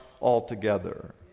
altogether